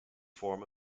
form